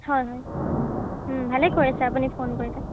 হয় হয় ভালেই কৰিছে আপুনি ফোন কৰিছে